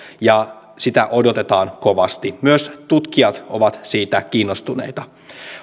ja sitä odotetaan kovasti myös tutkijat ovat siitä kiinnostuneita